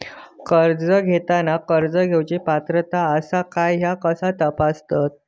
कर्ज घेताना कर्ज घेवची पात्रता आसा काय ह्या कसा तपासतात?